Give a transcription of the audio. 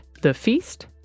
thefeast